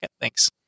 Thanks